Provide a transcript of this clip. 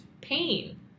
pain